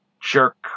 jerk